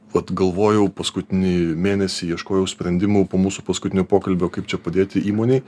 vat galvojau paskutinį mėnesį ieškojau sprendimų po mūsų paskutinio pokalbio kaip čia padėti įmonei